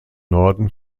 norden